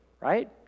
right